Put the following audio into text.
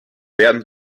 werden